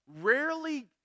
rarely